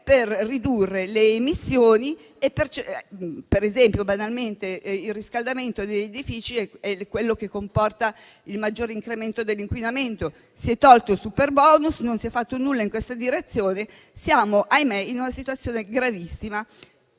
per ridurre le emissioni. Ad esempio, banalmente il riscaldamento degli edifici è quello che comporta il maggior incremento dell'inquinamento. Si è tolto il superbonus, ma non si è fatto nulla in questa direzione. Quindi siamo - ahimè - in una situazione gravissima.